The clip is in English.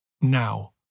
now